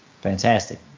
Fantastic